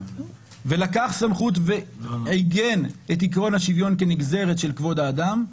לקח סמכות ועיגן את עיקרון השוויון כנגזרת של כבוד האדם,